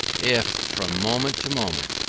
if, from moment to moment,